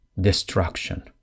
destruction